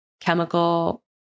chemical